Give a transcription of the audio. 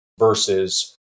versus